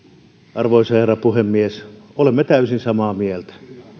arvoisa herra puhemies olemme täysin samaa mieltä